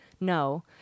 no